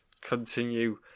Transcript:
continue